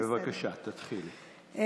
בבקשה, תתחילי.